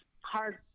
hard